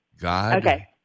God